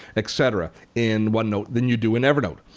etc. in one note than you do in evernote.